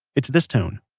it's this tone.